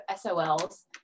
sols